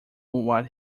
what